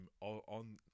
on